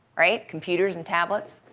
right, computers and tablets.